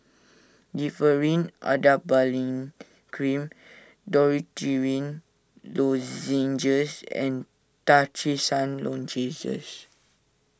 Differin Adapalene Cream Dorithricin Lozenges and Trachisan Lozenges